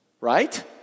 Right